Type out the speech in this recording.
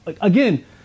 Again